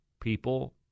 People